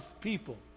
people